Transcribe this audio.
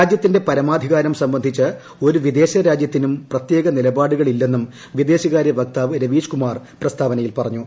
രാജ്യത്തിന്റെ പരമാധികാരം സംബന്ധിച്ച് ഒരു വിദേശ രാജ്യത്തിനും പ്രത്യേക നിലപാടുകൾ ഇല്ലെന്നും വിദേശകാര്യ വക്താവ് രവീഷ് കുമാർ പ്രസ്താവനയിൽ പറഞ്ഞു